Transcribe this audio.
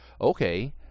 Okay